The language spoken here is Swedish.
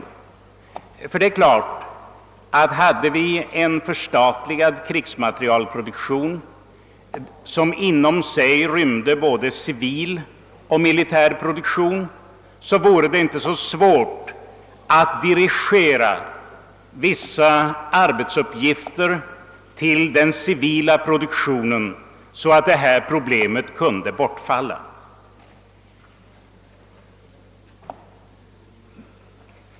Jag vill dock säga, att om vi hade en förstatligad krigsmaterielproduktion som jämsides med militär produktion också inrymde civil vore det inte så svårt att dirigera vissa arbetsuppgifter till den civila produktionen så att det problem vi nu diskuterar kunde elimineras.